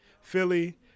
Philly